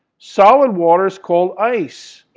solid water is called ice.